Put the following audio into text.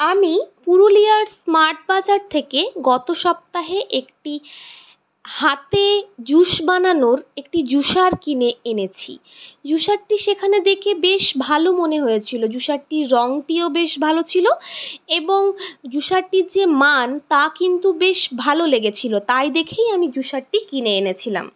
আমি পুরুলিয়ার স্মার্ট বাজার থেকে গত সপ্তাহে একটি হাতে জুশ বানানোর একটি জুশার কিনে এনেছি জুশারটি সেখানে দেখে বেশ ভালো মনে হয়েছিলো জুশারটির রঙটিও বেশ ভালো ছিলো এবং জুশারটির যে মান তা কিন্তু বেশ ভালো লেগেছিলো তাই দেখেই আমি জুশারটি কিনে এনেছিলাম